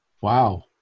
Wow